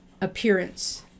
appearance